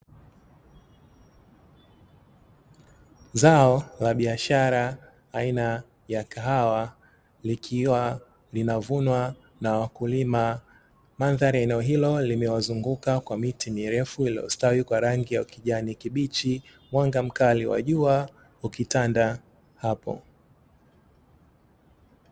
Zao la biashara aina ya kahawa likiwa linavunwa na wakulima. Mandhari ya eneo hilo limewazunguka kwa miti mirefu iliyostawi kwa rangi ya kijani kibichi, mwanga mkali wa jua ukitanda hapo.